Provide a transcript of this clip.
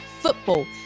football